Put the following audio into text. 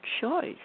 choice